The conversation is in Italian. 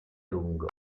lungo